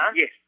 Yes